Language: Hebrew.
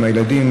עם הילדים,